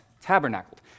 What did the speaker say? tabernacled